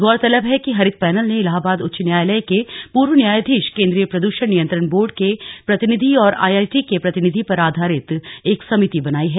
गौरतलब है कि हरित पैनल ने इलाहाबाद उच्च न्यायालय के पूर्व न्यायाधीश केंद्रीय प्रदूषण नियंत्रण बोर्ड के प्रतिनिधि और आईआईटी के प्रतिनिधि पर आधारित एक समिति बनाई है